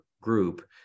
group